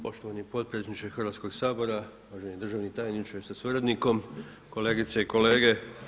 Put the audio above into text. Poštovani potpredsjedniče Hrvatskog sabora, uvaženi državni tajniče sa suradnikom, kolegice i kolege.